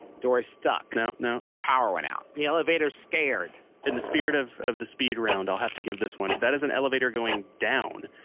doors stuck no. no the power went out the elevator's scared in the spirit of of the speed round, i'll have to give this one. that is an elevator going down.